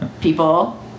People